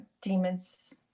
demons